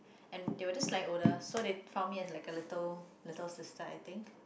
and they were just slightly older so they found me like a little little sister I thinked